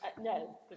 No